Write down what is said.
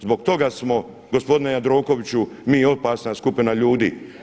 Zbog toga smo gospodine Jandrokoviću mi opasna skupina ljudi.